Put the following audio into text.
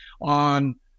on